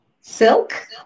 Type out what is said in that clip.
Silk